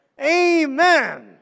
Amen